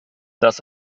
das